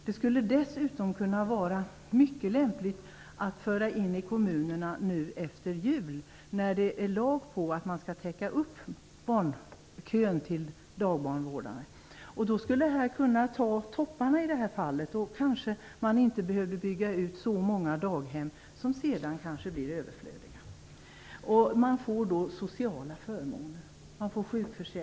Det skulle dessutom kunna vara mycket lämpligt att införa detta i kommunerna efter jul, när det är lag på att man skall täcka in barnkön till dagbarnvårdare. Det här skulle kunna kapa topparna. Kanske man inte behövde bygga ut så många daghem - som kanske sedan blir överflödiga. Man får alltså sociala förmåner. Man får sjukförsäkring.